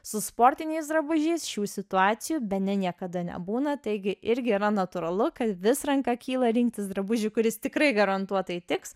su sportiniais drabužiais šių situacijų bene niekada nebūna taigi irgi yra natūralu kad vis ranka kyla rinktis drabužį kuris tikrai garantuotai tiks